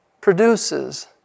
produces